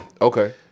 Okay